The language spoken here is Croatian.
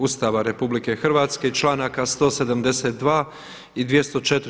Ustava RH i članaka 172. i 204.